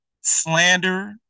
slander